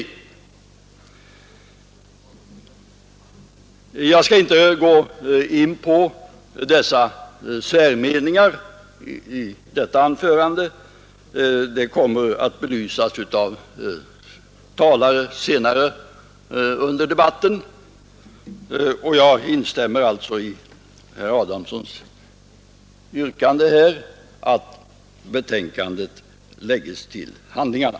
Jag skall inte gå in på dessa särmeningar i detta anförande — de kommer under debatten att närmare belysas av andra talare. Jag instämmer alltså i herr Adamssons yrkande att betänkandet läggs till handlingarna.